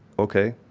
okay,